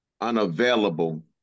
unavailable